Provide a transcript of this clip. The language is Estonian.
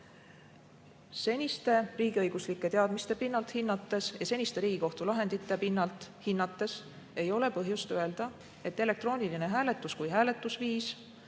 peab. Seniste teadmiste pinnalt hinnates ja seniste Riigikohtu lahendite pinnalt hinnates ei ole põhjust öelda, et elektrooniline hääletus kui hääletusviis